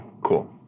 cool